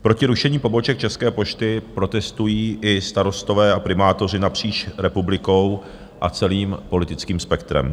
Proti rušení poboček České pošty protestují i starostové a primátoři napříč republikou a celým politickým spektrem.